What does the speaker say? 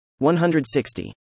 160